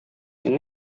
ini